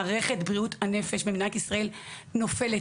מערכת בריאות הנפש במדינת ישראל נופלת,